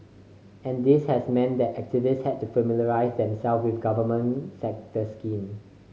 and this has meant that activists had to familiarise themselves with government set the scheme